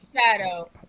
Shadow